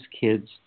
kids